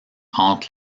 entre